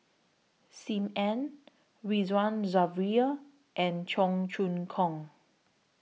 SIM Ann Ridzwan Dzafir and Cheong Choong Kong